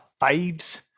faves